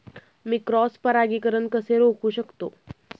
मी cross परागीकरण कसे रोखू शकतो?